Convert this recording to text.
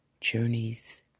journey's